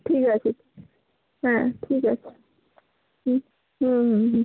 ঠিক আছে হ্যাঁ ঠিক আছে হুম হুম হুম হুম